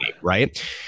Right